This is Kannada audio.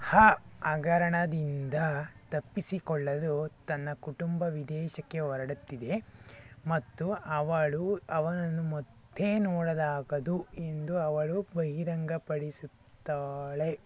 ಆ ಹಗರಣದಿಂದ ತಪ್ಪಿಸಿಕೊಳ್ಳಲು ತನ್ನ ಕುಟುಂಬ ವಿದೇಶಕ್ಕೆ ಹೊರಡತ್ತಿದೆ ಮತ್ತು ಅವಳು ಅವನನ್ನು ಮತ್ತು ನೋಡಲಾಗದು ಎಂದು ಅವಳು ಬಹಿರಂಗಪಡಿಸುತ್ತಾಳೆ